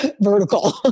vertical